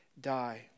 die